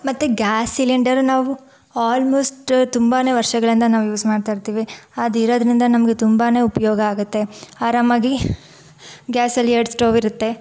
ಮತ್ತು gas cylinder ನಾವು almost ತುಂಬಾ ವರ್ಷಗಳಿಂದ ನಾವು ಯೂಸ್ ಮಾಡ್ತಾ ಇರ್ತೀವಿ ಅದಿರೋದ್ರಿಂದ ನಮಗೆ ತುಂಬಾ ಉಪಯೋಗ ಆಗತ್ತೆ ಆರಾಮಾಗಿ ಗ್ಯಾಸಲ್ಲಿ ಎರಡು ಸ್ಟವ್ ಇರತ್ತೆ